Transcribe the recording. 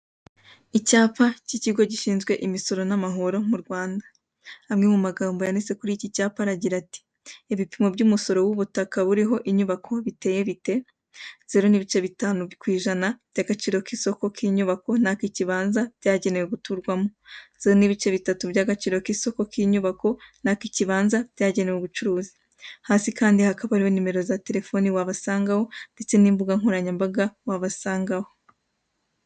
Icyapa cy'ikigo cy'imisoro n'amahoro mu Rwanda. Kiriho amagambo agira ati: "Ibipimo by'umusoro w'ubutaka buriho inyubako biteye bite?" Zero n'ibice bitanu ku ijana by'agaciro k'isoko k'inyubako n'ak'ikibanza byagenewe guturwamo. Zero n'ibice bitatu by'agaciro k'isoko k'inyubako n'ak'ikibanza byagenewe ubucuruzi. Hasi kandi hari numero wabasangaho.